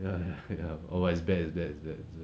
ya ya !wah! is bad is bad is bad